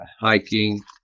hiking